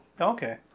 Okay